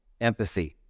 empathy